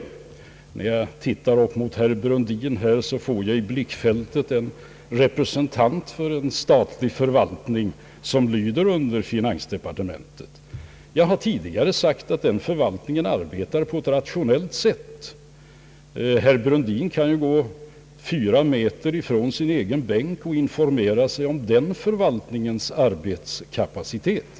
Och när jag nu ser upp mot herr Brundin i hans bänk får jag i blickfältet en representant för en statlig för valtning, som lyder under finansdepartementet. Jag har tidigare sagt att den förvaltningen arbetar på ett rationellt sätt. Herr Brundin kan ju gå fyra meter från sin egen bänk och informera sig om den förvaltningens arbetskapacitet.